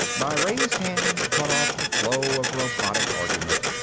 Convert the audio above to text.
my raised hand cut off the flow of robotic argument.